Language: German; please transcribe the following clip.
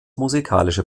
musikalische